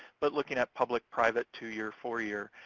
but looking at public, private, two-year, four-year.